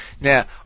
Now